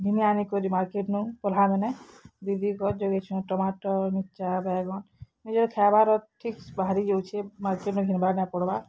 ଘିନିଆନି କରି ମାର୍କେଟ୍ନୁ ପଲ୍ହାମାନେ ଦି ଦି ଗଛ୍ ଜଗେଇଛୁଁ ଟମାଟୋ ମିର୍ଚା ବେଗନ୍ ନିଜର୍ ଖାଇବାର ଠିକ୍ ବାହାରି ଯାଉଛେ ମାର୍କେଟ୍ନେ ଘିନ୍ବାର୍ ନାଇଁ ପଡ଼୍ବାର୍